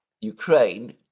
ukraine